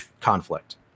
conflict